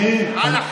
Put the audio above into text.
אז אני ביקשתי לעלות